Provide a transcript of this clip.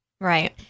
Right